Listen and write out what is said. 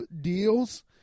deals